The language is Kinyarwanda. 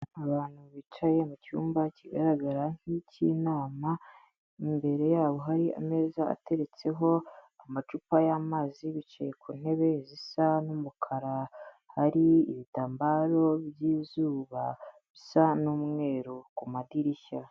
Abantu bicaye mu cyumba kigaragara nk'ik'inama, imbere yabo hari ameza ateretseho amacupa y'amazi, bicaye ku ntebe zisa n'umukara, hari ibitambaro by'izuba bisa n'umweru ku madirishya.